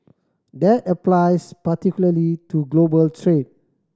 that applies particularly to global trade